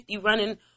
running